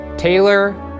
Taylor